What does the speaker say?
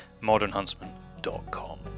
modernhuntsman.com